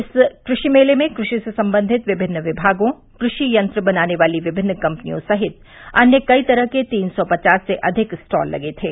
इस कृषि मेले में कृषि से संबंधित विमिन्न विभागों और कृषि यंत्र बनाने वाली विमिन्न कंपनियों सहित अन्य कई तरह के तीन सौ पचास से अधिक स्टॉल लगे थे